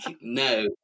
No